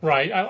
Right